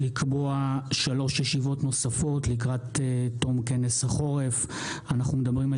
קביעת ישיבות נוספות של הכנסת ושינוי בשעת